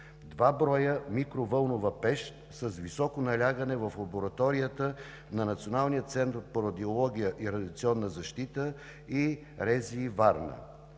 2 броя микровълнова пещ с високо налягане в лабораторията на Националния център по радиобиология и радиационна защита и РЗИ – Варна.